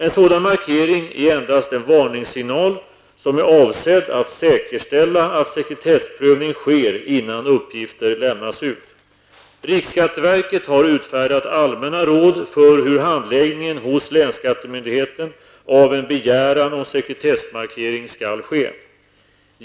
En sådan markering är endast en varningssignal som är avsedd att säkerställa att sekretessprövning sker innan uppgifter lämnas ut. Riksskatteverket har utfärdat allmänna råd för hur handläggningen hos länsskattemyndigheten av en begäran om sekretsssmarkering skall ske.